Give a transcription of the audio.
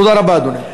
תודה רבה, אדוני.